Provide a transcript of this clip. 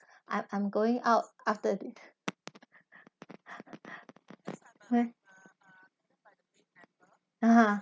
I'm I'm going out after the uh why (uh huh)